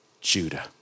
Judah